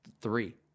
Three